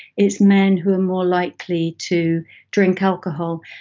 it's men who are more likely to drink alcohol,